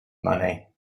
money